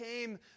came